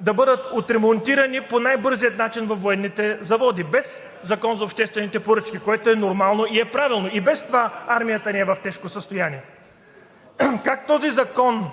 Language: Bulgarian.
да бъдат отремонтирани по най-бързия начин във военните заводи без Закон за обществените поръчки, което е нормално и е правилно – и без това армията ни е в тежко състояние. Как този закон